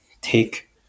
take